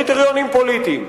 אלה קריטריונים פוליטיים.